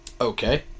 Okay